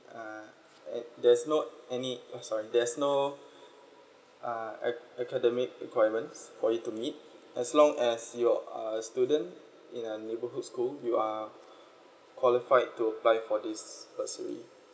err ed~ there's no any uh sorry there's no uh ac~ academic requirements for you to meet as long as you are a student in a neighbourhood school you are qualified to apply for this bursary